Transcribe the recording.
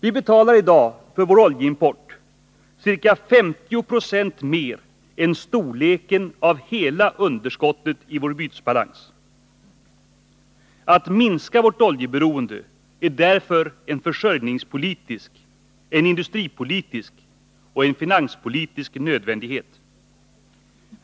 Vi betalar i dag för vår oljeimport ca 50 26 mer än summan av hela underskottet i vår bytesbalans. Att minska vårt oljeberoende är därför en försörjningspolitisk, en industripolitisk och en finanspolitisk nödvändighet.